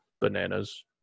bananas